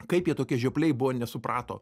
kaip jie tokie žiopliai buvo nesuprato